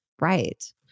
right